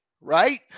right